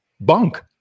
bunk